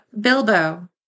bilbo